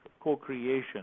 co-creation